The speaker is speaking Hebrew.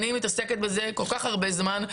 אני מתעסקת בזה כל כך הרבה זמן,